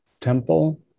temple